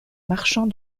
marchand